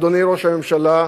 אדוני ראש הממשלה,